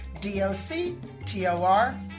D-O-C-T-O-R